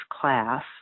class